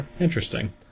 Interesting